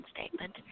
statement